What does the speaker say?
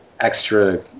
extra